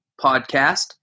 podcast